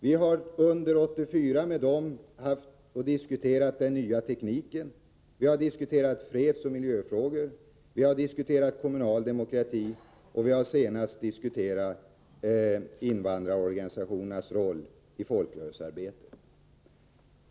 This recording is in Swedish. Vi har under 1984 diskuterat den nya tekniken med den. Vi har diskuterat fredsoch miljöfrågor. Vi har diskuterat kommunal demokrati. Senast gällde diskussionen invandrarorganisationernas roll i folkrörelsearbetet.